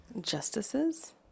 Justices